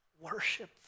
worship